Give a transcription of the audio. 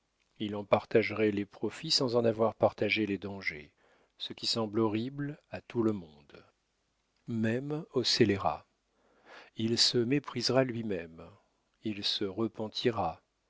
il en partagerait les profits sans en avoir partagé les dangers ce qui semble horrible à tout le monde même aux scélérats il se méprisera lui-même il se repentira